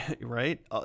Right